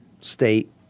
State